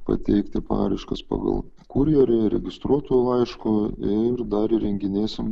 pateikti paraiškas pagal kurjerį ir registruotu laišku ir dar įrenginėsim